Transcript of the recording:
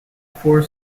four